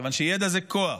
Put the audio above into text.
מכיוון שידע זה כוח,